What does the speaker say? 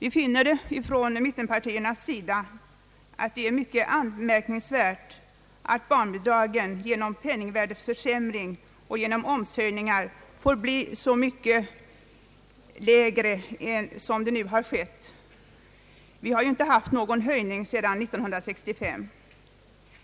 Inom mittenpartierna finner vi det mycket anmärkningsvärt att barnbidragen genom penningvärdets försämring och genom omshöjningar har fått bli så mycket lägre som faktiskt är fallet. Någon höjning har ju inte skett sedan år 1965.